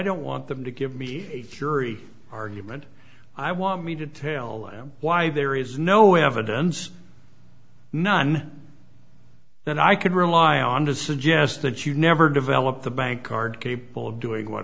don't want them to give me a fury argument i want me to tell them why there is no evidence none that i could rely on to suggest that you never develop the bank card capable of doing what